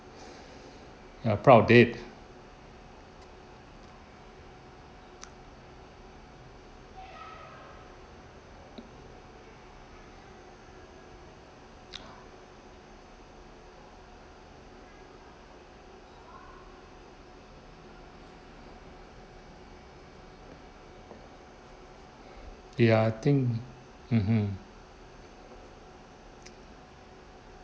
you are proud of that ya I think mmhmm